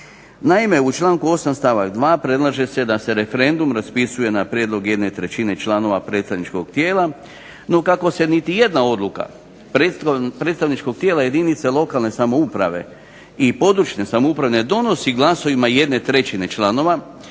Naime, u članku 8. stavak 2. predlaže se da se referendum raspisuje na prijedlog jedne trećine članova predstavničkog tijela, no kako se niti jedna odluka predstavničkog tijela jedinice lokalne samouprave i područne samouprave ne donosi glasovima 1/3 članova